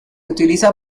utiliza